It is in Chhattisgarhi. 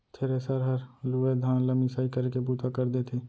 थेरेसर हर लूए धान ल मिसाई करे के बूता कर देथे